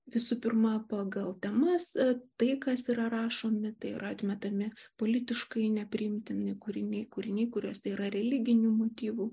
visų pirma pagal temas tai kas yra rašomi tai yra atmetami politiškai nepriimtini kūriniai kūriniai kuriuose yra religinių motyvų